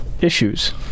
issues